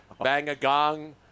Bangagong